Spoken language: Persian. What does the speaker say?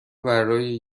برای